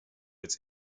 its